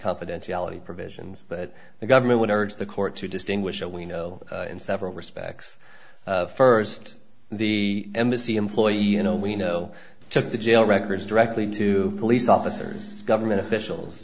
confidentiality provisions but the government would urge the court to distinguish what we know in several respects first the embassy employee you know we know took the jail records directly to police officers government officials